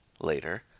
later